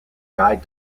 guide